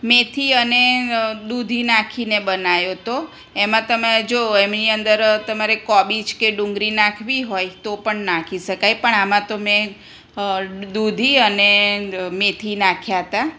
મેથી અને દૂધી નાંખીને બનાવ્યો હતો એમાં તમે જો એની અંદર તમારે જો કોબીજ કે ડુંગરી નાંખવી હોય તો પણ નાંખી નાખી શકાય પણ આમાં તો મેં દૂધી અને મેથી નાંખ્યા હતાં